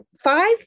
five